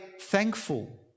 thankful